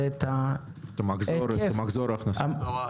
את מחזור ההכנסה.